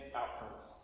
outcomes